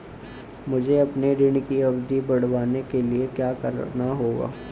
मुझे अपने ऋण की अवधि बढ़वाने के लिए क्या करना होगा?